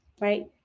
right